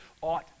ought